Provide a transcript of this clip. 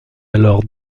alors